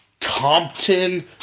Compton